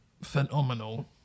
phenomenal